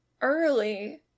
early